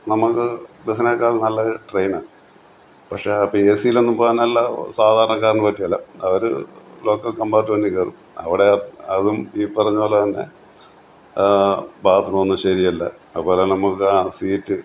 നമ്മള്ക്ക് ബസ്സിനെക്കാളും നല്ലത് ട്രെയിനാണ് പക്ഷെ അപ്പോള് എ സിയിലൊന്നും പോകാനുള്ള സാധാരണക്കാരന് പറ്റുകേല അവര് ലോക്കൽ കമ്പാർട്ട്മെന്റിൽ കയറും അവിടെ അതും ഈ പറഞ്ഞ പോലെ തന്നെ ബാത് റൂം ഒന്നും ശരിയല്ല അതുപോലെ നമുക്കാ സീറ്റ്